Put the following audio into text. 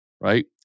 Right